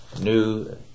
New